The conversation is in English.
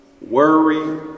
worry